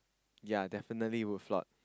ya definitely will flawed